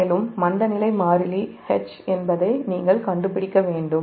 மேலும் மந்தநிலை மாறிலி H என்பதை நீங்கள் கண்டுபிடிக்க வேண்டும்